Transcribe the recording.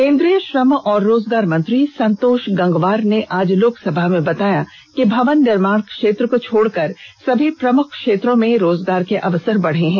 केंद्रीय श्रम और रोजगार मंत्री संतोष कुमार गंगवार ने आज लोकसभा में बताया कि भवन निर्माण क्षेत्र को छोड़कर सभी प्रमुख क्षेत्रों में रोजगार के अवसर बढे हैं